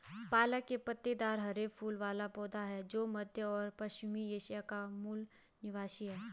पालक एक पत्तेदार हरे फूल वाला पौधा है जो मध्य और पश्चिमी एशिया का मूल निवासी है